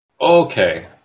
Okay